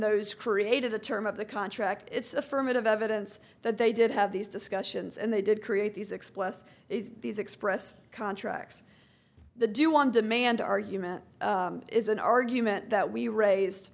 those created the term of the contract it's affirmative evidence that they did have these discussions and they did create these explicit these express contracts the do on demand argument is an argument that we raised